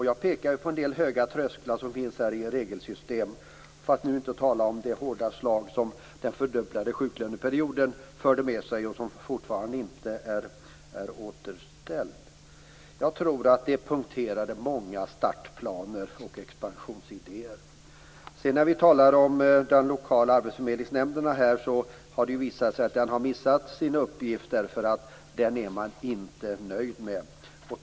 Jag pekade på en del höga trösklar som finns i regelsystem, för att inte tala om det hårda slag som den fördubblade sjuklöneperioden innebar, som fortfarande inte är återställd. Jag tror att det punkterade många startplaner och expansionsidéer. När vi talar om de lokala arbetsförmedlingsnämnderna har det visat sig att de har missat sin uppgift, därför att man är inte nöjd med dem.